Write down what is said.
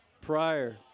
prior